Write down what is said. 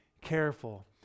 careful